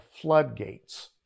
floodgates